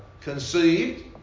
conceived